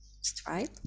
stripe